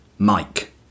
mike